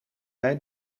bij